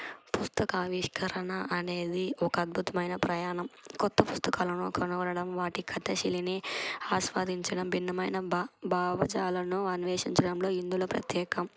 పుస్తక అవిష్కరణ అనేది ఒక అద్భుతమైన ప్రయాణం కొత్త పుస్తకాలను కనుగొనడం వాటి కథశైలిని ఆస్వాదించడం భిన్నమైన భావజాలను అన్వేషించడంలో ఇందులో ప్రత్యేకం